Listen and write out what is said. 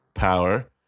Power